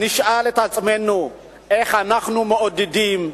נשאל את עצמנו איך אנחנו מעודדים,